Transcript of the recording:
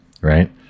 right